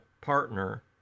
partner